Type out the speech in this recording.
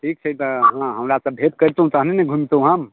ठीक छै तऽ हमरासँ भेँट करितहुँ तहने ने घूमितहुँ हम